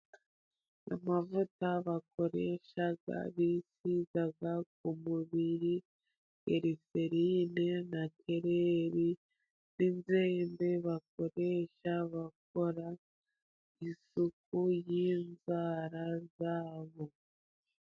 Amavuta bako iyosha biziga ku mubiri, Giriserine na Kerere, n'inzembe bakoresha bakora isuku y'inzara za bo.